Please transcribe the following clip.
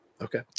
okay